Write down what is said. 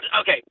Okay